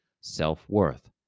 self-worth